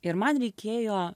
ir man reikėjo